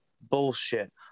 bullshit